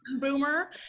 Boomer